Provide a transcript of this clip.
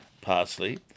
parsley